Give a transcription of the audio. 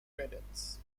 credits